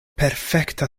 perfekta